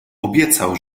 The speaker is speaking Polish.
obiecał